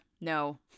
No